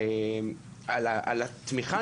על התמיכה.